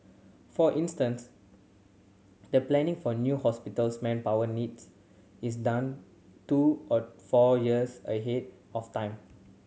for instance the planning for a new hospital's manpower needs is done two or four years ahead of time